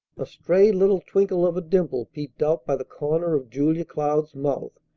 a stray little twinkle of a dimple peeped out by the corner of julia cloud's mouth.